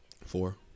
four